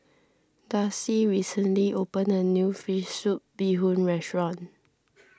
Darcie recently opened a new Fish Soup Bee Hoon restaurant